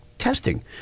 testing